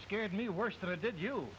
scared me worse than i did you